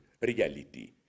reality